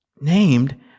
named